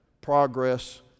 progress